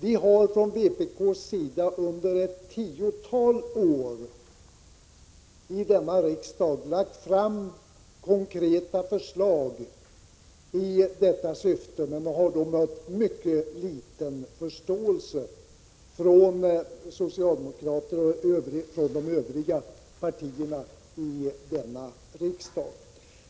Vi har från vpk:s sida under ett tiotal år i riksdagen lagt fram konkreta förslag i detta syfte, men de har mött mycket liten förståelse från socialdemokraterna och de övriga partierna.